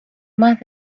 más